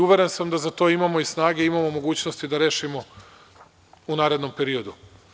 Uveren sam da za to imamo snage, imamo mogućnosti da rešimo u narednom periodu.